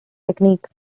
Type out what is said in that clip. techniques